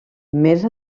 més